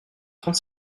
trente